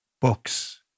Books